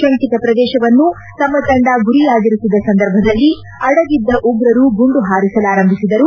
ಶಂಕಿತ ಪ್ರದೇಶವನ್ನು ತಮ್ಮ ತಂಡ ಗುರಿಯಾಗಿರಿಸಿದ ಸಂದರ್ಭದಲ್ಲಿ ಅಡಗಿದ್ದ ಉಗ್ರರು ಗುಂಡು ಹಾರಿಸಲಾರಂಭಿಸಿದರು